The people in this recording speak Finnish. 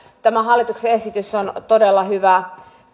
tämä hallituksen esitys on todella hyvä